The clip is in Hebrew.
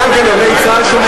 אני מדבר בשם מי שאני רוצה.